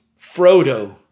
Frodo